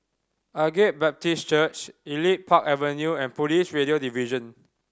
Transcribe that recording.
Agape Baptist Church Elite Park Avenue and Police Radio Division